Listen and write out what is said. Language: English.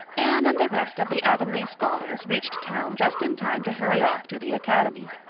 anne and the rest of the avonlea scholars reached town just in time to hurry off to the academy.